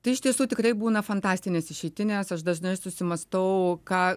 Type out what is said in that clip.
tai iš tiesų tikrai būna fantastinės išeitinės aš dažnai susimąstau ką